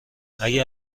اگه